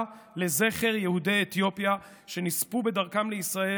לזכר יהודי אתיופיה שנספו בדרכם לישראל.